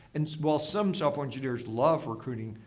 and while some software engineers love recruiting,